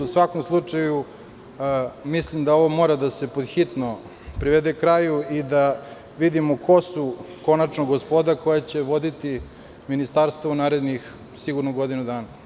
U svakom slučaju, mislim da ovo mora da se pod hitno privede kraju i da vidimo ko su konačno gospoda koja će voditi ministarstva u narednih sigurno godinu dana.